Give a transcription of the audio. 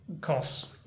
costs